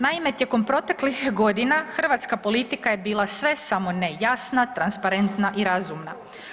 Naime, tijekom proteklih godina hrvatska politika je bila sve samo ne jasna, transparentna i razumna.